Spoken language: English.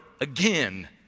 again